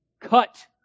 cut